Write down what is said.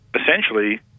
essentially